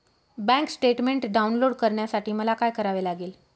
Bank statement download करण्यासाठी मला काय करावे लागेल?